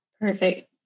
Perfect